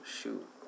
shoot